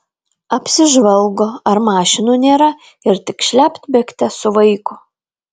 apsižvalgo ar mašinų nėra ir tik šlept bėgte su vaiku